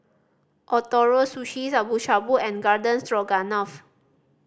Ootoro Sushi Shabu Shabu and Garden Stroganoff